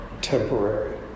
temporary